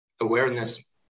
awareness